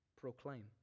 proclaim